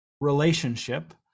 relationship